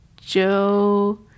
Joe